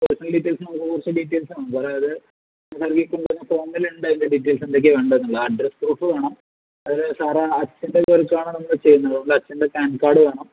personal details നമുക്ക് കുറച്ച് details വേണം സാറെ അത് ആ ഫോമിൽ ഉണ്ട് അതിന്റെ ഡീറ്റെയിൽസ് എന്തൊക്കെയോ കണ്ടിട്ടുണ്ട് ആ അഡ്രസ് പ്രൂഫ് വേണം അതില് സാറേ അച്ഛൻ്റെ പേർക്കാണോന്ന് വെച്ച് കഴിഞ്ഞാൽ അച്ഛൻ്റെ പാൻ കാർഡ് വേണം